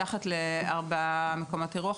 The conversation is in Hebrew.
מתחת לארבעה מקומות אירוח,